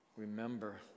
remember